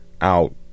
out